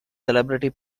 celebrity